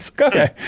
okay